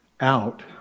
out